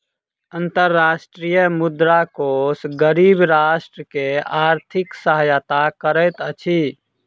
अंतर्राष्ट्रीय मुद्रा कोष गरीब राष्ट्र के आर्थिक सहायता करैत अछि